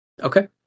Okay